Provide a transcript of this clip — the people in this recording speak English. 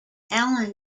alan